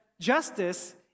justice